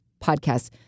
podcasts